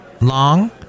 long